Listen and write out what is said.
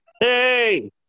Hey